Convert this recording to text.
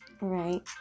right